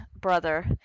brother